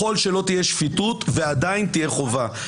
יכול להיות שלא תהיה שפיטות ועדיין תהיה חובה.